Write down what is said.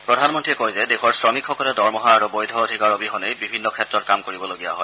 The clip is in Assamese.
প্ৰধানমন্ত্ৰীয়ে কয় যে দেশৰ শ্ৰমিকসকলে দৰমহা আৰু বৈধ অধিকাৰ অবিহনেই বিভিন্ন ক্ষেত্ৰত কাম কৰিবলগা হয়